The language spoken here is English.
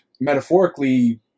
Metaphorically